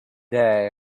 day